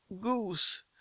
goose